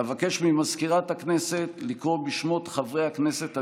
אבקש ממזכירת הכנסת לקרוא בשמות חברי הכנסת הנבחרים,